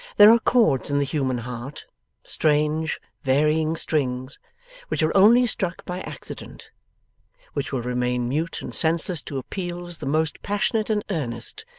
there are chords in the human heart strange, varying strings which are only struck by accident which will remain mute and senseless to appeals the most passionate and earnest,